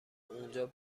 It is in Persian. اونجا